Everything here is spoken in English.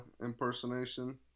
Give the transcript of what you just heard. impersonation